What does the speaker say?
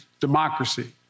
democracy